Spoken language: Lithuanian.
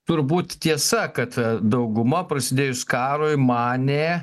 turbūt tiesa kad dauguma prasidėjus karui manė